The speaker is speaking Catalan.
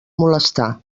molestar